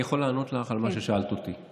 אני יכול לענות לך על מה ששאלת אותי.